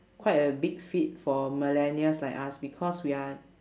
quite a big feat for millennials like us because we're